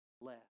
left